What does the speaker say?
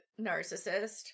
narcissist